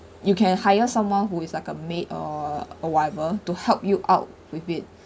you can hire someone who is like a maid or whatever to help you out with it